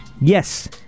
Yes